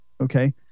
Okay